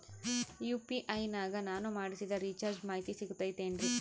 UPI ನಾಗ ನಾನು ಮಾಡಿಸಿದ ರಿಚಾರ್ಜ್ ಮಾಹಿತಿ ಸಿಗುತೈತೇನ್ರಿ?